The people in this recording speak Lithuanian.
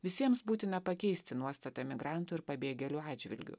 visiems būtina pakeisti nuostatą migrantų ir pabėgėlių atžvilgiu